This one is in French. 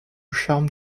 charme